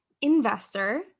investor